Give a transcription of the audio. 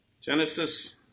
Genesis